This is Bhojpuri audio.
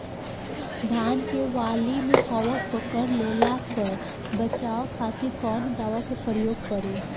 धान के वाली में कवक पकड़ लेले बा बचाव खातिर कोवन दावा के प्रयोग करी?